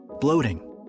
bloating